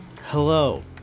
Hello